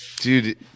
Dude